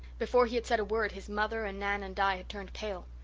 before he had said a word his mother and nan and di had turned pale.